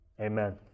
Amen